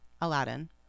Aladdin